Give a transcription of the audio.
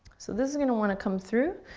so this is gonna wanna come through.